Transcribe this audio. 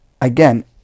again